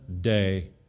day